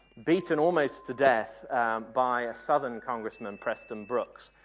beaten almost to death by a southern congressman, preston brookes.